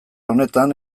honetan